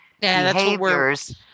behaviors